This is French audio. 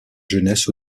jeunesse